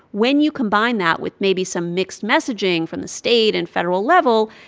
when you combine that with maybe some mixed messaging from the state and federal level,